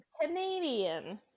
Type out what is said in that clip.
Canadian